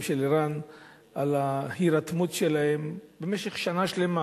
של ער"ן על ההירתמות שלהם במשך שנה שלמה,